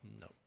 No